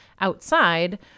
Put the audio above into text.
outside